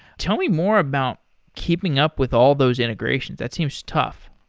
tell me more about keeping up with all those integrations. that seems tough.